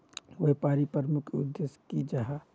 व्यापारी प्रमुख उद्देश्य की जाहा?